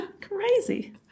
Crazy